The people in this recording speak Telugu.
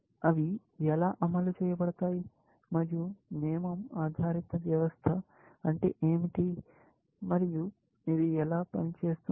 అవి ఎలా అమలు చేయబడతాయి మరియు నియమం ఆధారిత వ్యవస్థ అంటే ఏమిటి మరియు ఇది ఎలా పని చేస్తుంది